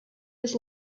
his